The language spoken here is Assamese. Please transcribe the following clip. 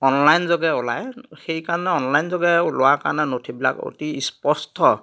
অনলাইনযোগে ওলায় সেইকাৰণে অনলাইনযোগে ওলোৱা কাৰণে নথিবিলাক অতি ইস্পষ্ট